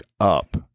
up